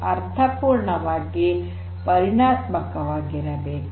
ಅರ್ಥಪೂರ್ಣವಾಗಿ ಪರಿಣಾತ್ಮಕವಾಗಿರಬೇಕು